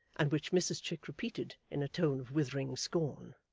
and which mrs chick repeated in a tone of withering scorn.